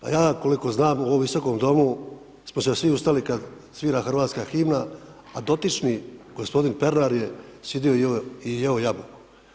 Ja koliko znam u ovom visokom domu smo se svi ustali kada svira hrvatska himna, a dotični g. Pernar je sjedio i jeo jabuku.